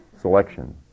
selection